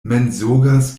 mensogas